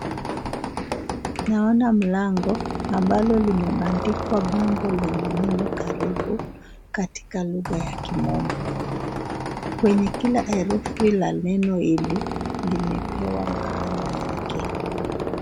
Naona mlango ambalo limebandikwa bango lenye neno karibu katika lugha ya kimombo. Kwenye kila herufi la neno hili limepewa maana yake.